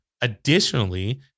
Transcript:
Additionally